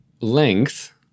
length